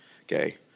okay